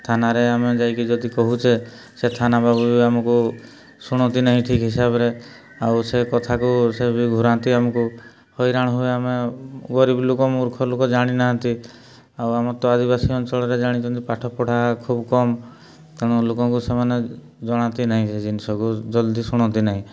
ଥାନାରେ ଆମେ ଯାଇକି ଯଦି କହୁଛେ ସେ ଥାନା ବାବୁ ବି ଆମକୁ ଶୁଣନ୍ତି ନାହିଁ ଠିକ୍ ହିସାବରେ ଆଉ ସେ କଥାକୁ ସେ ବି ଘୁରାନ୍ତି ଆମକୁ ହଇରାଣ ହୁଏ ଆମେ ଗରିବ ଲୋକ ମୂର୍ଖ ଲୋକ ଜାଣି ନାହାନ୍ତି ଆଉ ଆମର ତ ଆଦିବାସୀ ଅଞ୍ଚଳରେ ଜାଣିଛନ୍ତି ପାଠପଢ଼ା ଖୁବ୍ କମ୍ ତେଣୁ ଲୋକଙ୍କୁ ସେମାନେ ଜଣାନ୍ତି ନାହିଁ ସେ ଜିନିଷକୁ ଜଲ୍ଦି ଶୁଣନ୍ତି ନାହିଁ